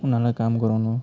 उनीहरूलाई काम गराउनु